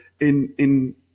in—in